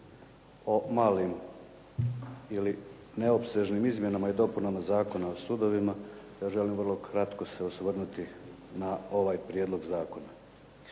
o malim ili neopsežnim Izmjenama i dopunama Zakona o sudovima ja želim vrlo kratko se osvrnuti na ovaj prijedlog zakona.